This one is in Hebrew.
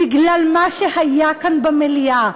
בגלל מה שהיה כאן במליאה,